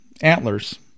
antlers